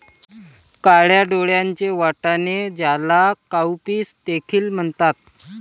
काळ्या डोळ्यांचे वाटाणे, ज्याला काउपीस देखील म्हणतात